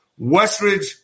Westridge